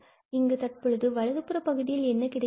இங்கு தற்போது வலதுபுற பகுதியில் என்ன கிடைக்கிறது